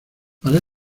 para